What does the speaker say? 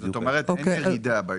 זאת אומרת, אין ירידה בייצוג.